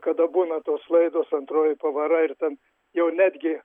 kada būna tos laidos antroji pavara ir ten jau netgi